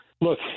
look